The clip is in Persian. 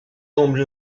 عمری